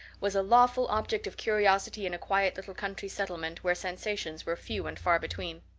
was a lawful object of curiosity in a quiet little country settlement where sensations were few and far between.